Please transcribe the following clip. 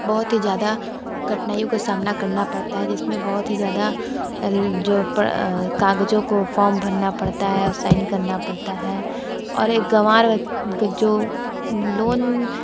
बहुत ही ज़्यादा कठिनाइयों का सामना करना पड़ता है जिसमें बहुत ही ज़्यादा जो कागज़ों को फॉर्म भरना पड़ता है साइन करना पड़ता है और एक गवार जो लोन